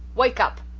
wake up.